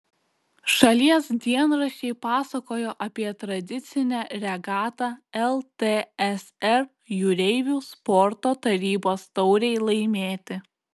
šalies dienraščiai pasakojo apie tradicinę regatą ltsr jūreivių sporto tarybos taurei laimėti